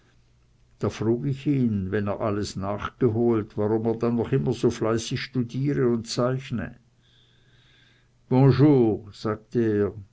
da frug ich ihn wenn er alles nachgeholt warum er dann noch immer so fleißig studiere und zeichne bonjour sagte er